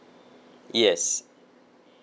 yes